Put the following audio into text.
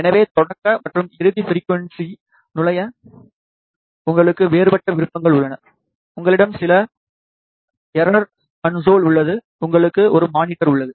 எனவே தொடக்க மற்றும் இறுதி ஃபிரிக்குவன்ஸி நுழைய உங்களுக்கு வேறுபட்ட விருப்பங்கள் உள்ளன உங்களிடம் சில எரர் கன்சோல் பிழை console உள்ளது உங்களுக்கும் ஒரு மானிட்டர் உள்ளது